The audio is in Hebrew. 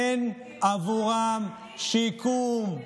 אין עבורם שיקום.